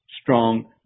strong